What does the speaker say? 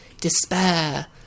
despair